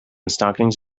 stockings